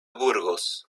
burgos